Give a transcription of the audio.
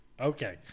Okay